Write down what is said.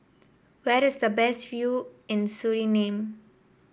where is the best view in Suriname